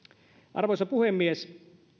arvoisa puhemies